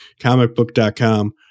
comicbook.com